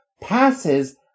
passes